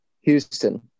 Houston